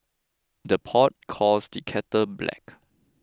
the pot calls the kettle black